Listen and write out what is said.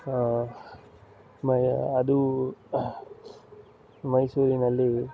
ಮ ಅದು ಮೈಸೂರಿನಲ್ಲಿ